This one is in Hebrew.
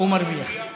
הוא מרוויח.